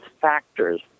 factors